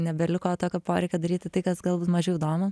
nebeliko tokio poreikio daryti tai kas galbūt mažiau įdomu